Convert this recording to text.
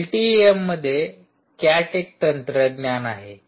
LTE M मध्ये cat एक तंत्रज्ञान आहे